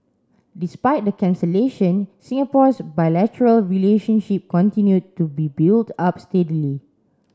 despite the cancellation Singapore's bilateral relationship continued to be built up steadily